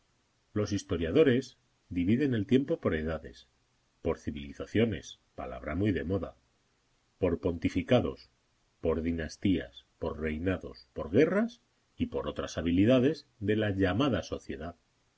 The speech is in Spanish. los historiadores dividen el tiempo por edades por civilizaciones palabra muy de moda por pontificados por dinastías por reinados por guerras y porotras habilidades de la llamada sociedad